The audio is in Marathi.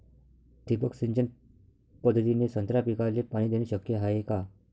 ठिबक सिंचन पद्धतीने संत्रा पिकाले पाणी देणे शक्य हाये का?